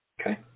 Okay